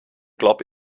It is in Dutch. klap